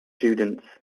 students